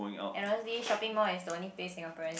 and honestly shopping mall is the only place Singaporeans